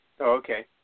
Okay